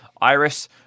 Iris